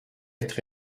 être